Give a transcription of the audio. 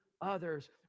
others